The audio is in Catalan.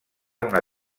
una